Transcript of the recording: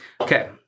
Okay